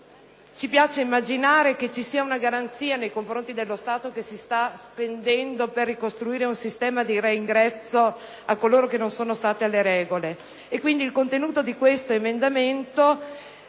Ci piace immaginare che ci sia una garanzia nei confronti dello Stato che si sta spendendo per ricostruire un sistema di reingresso per coloro che non hanno rispettato le regole.